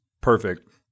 perfect